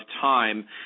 time